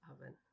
oven